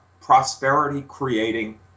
prosperity-creating